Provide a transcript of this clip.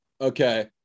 Okay